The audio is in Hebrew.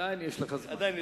עדיין יש לך זמן.